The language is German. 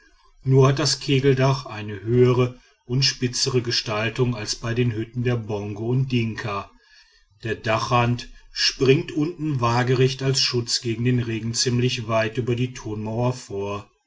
nur hat das kegeldach eine höhere und spitzere gestaltung als bei den hütten der bongo und dinka der dachrand springt unten wagerecht als schutz gegen den regen ziemlich weit über die tonmauer vor